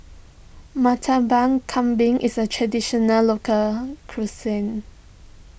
Murtabak Kambing is a Traditional Local Cuisine